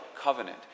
covenant